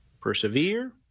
Persevere